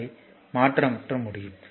அதை மாற்ற மட்டும் முடியும்